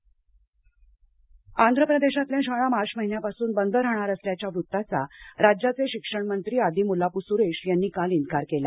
आंध्र शाळा अफवा आंध्र प्रदेशातल्या शाळा मार्च महिन्यापासून बंद राहणार असल्याच्या वृत्ताचा राज्याचे शिक्षण मंत्री आदिमुलापू सुरेश यांनी काल इन्कार केला